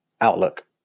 Outlook